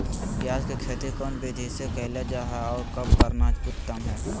प्याज के खेती कौन विधि से कैल जा है, और कब करना उत्तम है?